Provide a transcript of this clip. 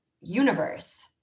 universe